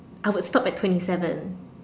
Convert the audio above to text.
I would stop at twenty seven